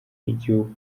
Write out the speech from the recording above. y’igihugu